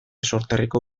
sorterriko